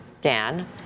Dan